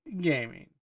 gaming